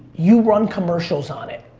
you run commercials on it.